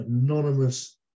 anonymous